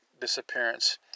disappearance